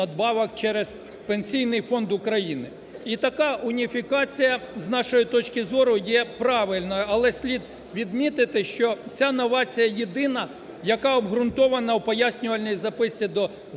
через Пенсійний фонд України. І така уніфікація, з нашої точки зору, є правильною, але слід відмітити, що ця новація єдина, яка обґрунтована в пояснювальній записці до